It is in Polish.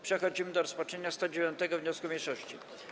Przechodzimy do rozpatrzenia 109. wniosku mniejszości.